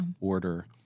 order